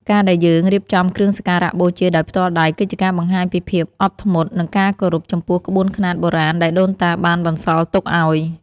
ការដែលយើងរៀបចំគ្រឿងសក្ការបូជាដោយផ្ទាល់ដៃ គឺជាការបង្ហាញពីភាពអត់ធ្មត់ និងការគោរពចំពោះក្បួនខ្នាតបុរាណដែលដូនតាបានបន្សល់ទុកឱ្យ។